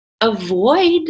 avoid